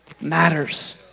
matters